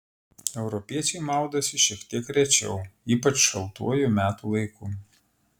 europiečiai maudosi šiek tiek rečiau ypač šaltuoju metų laiku